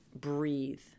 breathe